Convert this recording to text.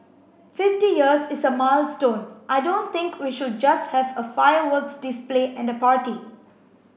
fifty years is a milestone I don't think we should just have a fireworks display and a party